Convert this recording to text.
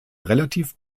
relativ